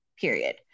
period